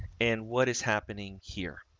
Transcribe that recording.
and what is happening here?